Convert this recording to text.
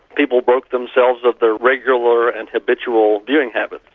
people broke themselves of their regular and habitual viewing habits.